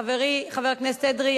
חברי חבר הכנסת אדרי,